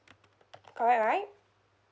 correct right